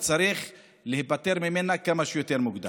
וצריך להיפטר ממנה כמה שיותר מוקדם.